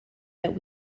that